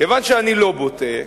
כיוון שאני לא בוטה,